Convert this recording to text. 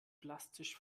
plastisch